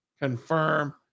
confirm